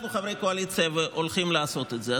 אנחנו חברי הקואליציה הולכים לעשות את זה,